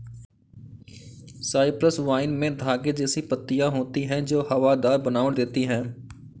Cyprus vine में धागे जैसी पत्तियां होती हैं जो हवादार बनावट देती हैं